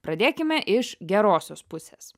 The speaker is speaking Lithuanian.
pradėkime iš gerosios pusės